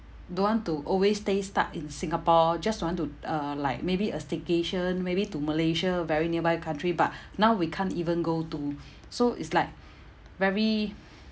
don't want to always stay stuck in singapore just want to uh like maybe a staycation maybe to malaysia very nearby country but now we can't even go to so it's like very